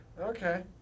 Okay